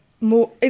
more